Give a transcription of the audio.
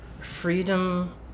Freedom